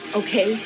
okay